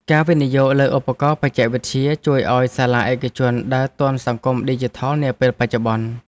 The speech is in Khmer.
ការវិនិយោគលើឧបករណ៍បច្ចេកវិទ្យាជួយឱ្យសាលាឯកជនដើរទាន់សង្គមឌីជីថលនាពេលបច្ចុប្បន្ន។